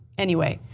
anyway.